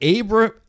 Abram